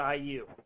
IU